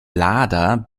lader